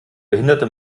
behinderte